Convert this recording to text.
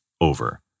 over